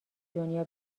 دنیا